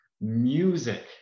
music